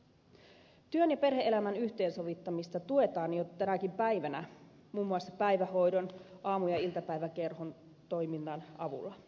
työn ja perhe elämän yhteensovittamista tuetaan jo tänäkin päivänä muun muassa päivähoidon aamu ja iltapäiväkerhon toiminnan avulla